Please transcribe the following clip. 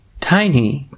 tiny